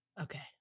Okay